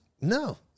No